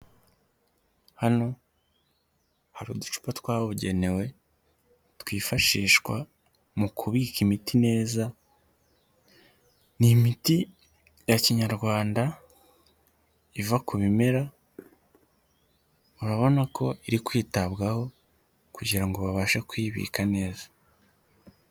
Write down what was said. Hano hari uducupa twabugenewe twifashishwa mu kubika imiti neza, ni imiti ya kinyarwanda iva ku bimera urabona ko iri kwitabwaho kugirango ngo babashe kuyibika neza.